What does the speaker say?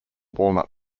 walnut